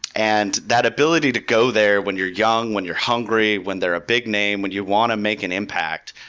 and that ability to go there when you're young, when you're hungry, when they're a big name, when you want to make an impact,